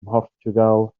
mhortiwgal